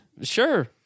Sure